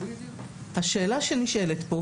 השאלה שנשאלת כאן,